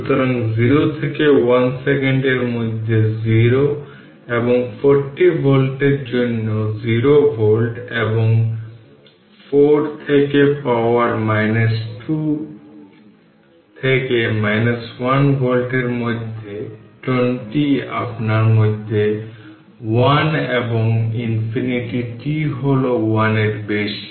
সুতরাং 0 থেকে 1 সেকেন্ডের মধ্যে 0 এবং 40 ভোল্টের জন্য 0 ভোল্ট এবং 4ই থেকে পাওয়ার t থেকে 1 ভোল্টের মধ্যে 20 আপনার মধ্যে 1 এবং ইনফিনিটি t হল 1 এর বেশি